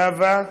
נאוה?